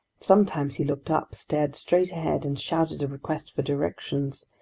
sometimes he looked up, stared straight ahead, and shouted a request for directions,